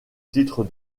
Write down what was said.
titre